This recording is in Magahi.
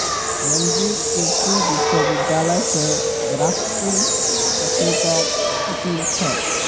मंजीत कृषि विश्वविद्यालय स ग्राफ्टिंग तकनीकक सीखिल छ